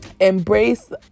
embrace